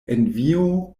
envio